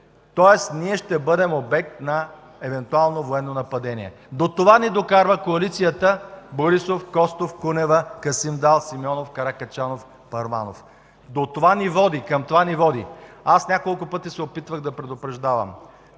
Тоест ние ще бъдем обект на евентуално военно нападение. До това ни докарва коалицията Борисов, Костов, Кунева, Касим Дал, Симеонов, Каракачанов, Първанов. До това ни води, към това ни води. Аз няколко пъти се опитвах да предупреждавам